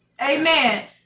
Amen